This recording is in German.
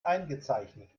eingezeichnet